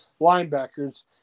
linebackers